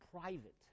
private